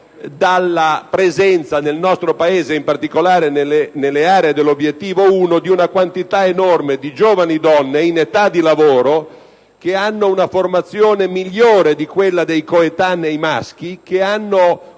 dalla presenza nel nostro Paese, in particolare nelle aree dell'obiettivo 1, di una quantità enorme di giovani donne in età di lavoro, che hanno una formazione migliore di quella dei coetanei maschi e che hanno